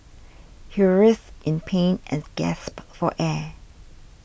he writhed in pain and gasped for air